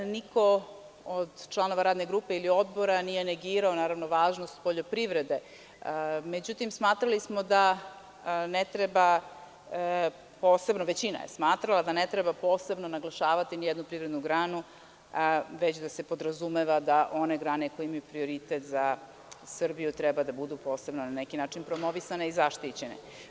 Niko od članova radne grupe ili Odbora nije negirao važnost poljoprivrede, međutim, većina je smatrala da ne treba posebno naglašavati nijednu privrednu granu, već da se podrazumeva da one grane koje imaju prioritet za Srbiju treba da budu posebno na neki način promovisane i zaštićene.